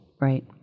Right